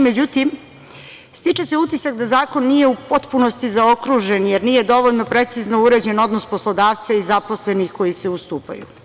Međutim, stiče se utisak da zakon nije u potpunosti zaokružen, jer nije dovoljno precizno uređen odnos poslodavca i zaposlenih koji se ustupaju.